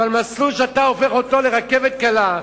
אבל מסלול שאתה הופך אותו לרכבת קלה,